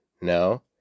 No